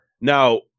Now